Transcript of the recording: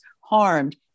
harmed